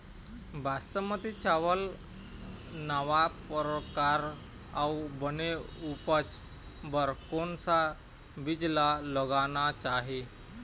बासमती चावल नावा परकार अऊ बने उपज बर कोन सा बीज ला लगाना चाही?